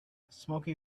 smoky